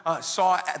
saw